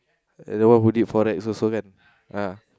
the one who did Forex also kan ah